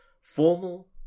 formal